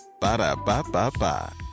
Ba-da-ba-ba-ba